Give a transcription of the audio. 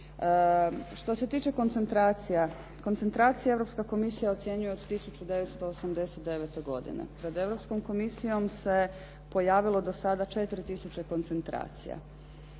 Što se tiče koncentracija, koncentraciju Europska komisija ocjenjuje od 1989. godine. Pred Europskom komisijom se pojavilo do sada 4 tisuće koncentracija.